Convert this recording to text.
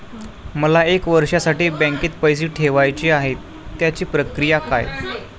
मला एक वर्षासाठी बँकेत पैसे ठेवायचे आहेत त्याची प्रक्रिया काय?